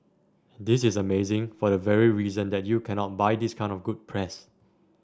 this is amazing for the very reason that you cannot buy this kind of good press